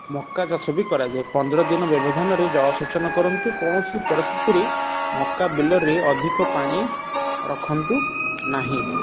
ମକା ଚାଷ ବି କରାଯାଏ ପନ୍ଦର ଦିନ ବ୍ୟବଧାନରେ ଜଳସେଚନ କରନ୍ତୁ କୌଣସି ପରିସ୍ଥିତିରେ ମକା ବିଲରେ ଅଧିକ ପାଣି ରଖନ୍ତୁ ନାହିଁ